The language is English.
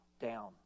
down